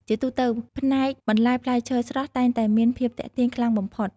ជាទូទៅ ផ្នែកបន្លែផ្លែឈើស្រស់តែងតែមានភាពទាក់ទាញខ្លាំងបំផុត។